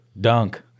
Dunk